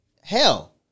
hell